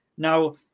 Now